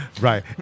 Right